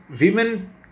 women